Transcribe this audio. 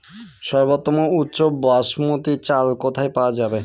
সর্বোওম উচ্চ বাসমতী চাল কোথায় পওয়া যাবে?